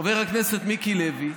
חבר הכנסת מיקי לוי,